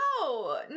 No